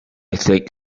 think